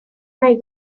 nahi